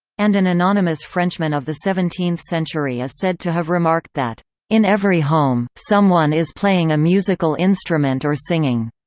and an anonymous frenchman of the seventeenth century is said to have remarked that in every home, home, someone is playing a musical instrument or singing.